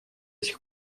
сих